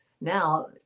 Now